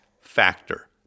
factor